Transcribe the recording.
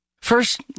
first